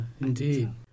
indeed